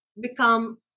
become